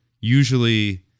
usually